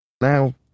Now